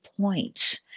points